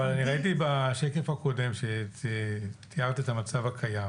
אבל אני ראיתי בשקף הקודם כשתיארת את המצב הקיים